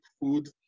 food